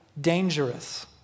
dangerous